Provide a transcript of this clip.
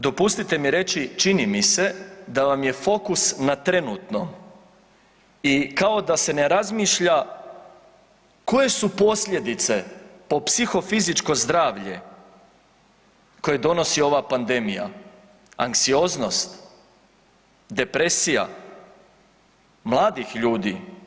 Dopustite mi reći, čini mi se da vam je fokus na trenutnom i kao da se ne razmišlja koje su posljedice po psihofizičko zdravlje koje donosi ova pandemija anksioznost, depresija mladih ljudi.